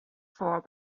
for